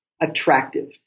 attractive